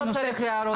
לא צריך הערות,